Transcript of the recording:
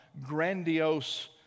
grandiose